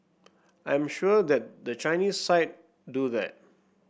I am sure that the Chinese side do that